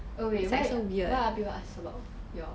oh wait why why other people ask about your